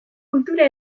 kultura